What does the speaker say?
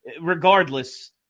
regardless